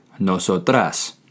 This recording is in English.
nosotras